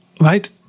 right